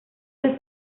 del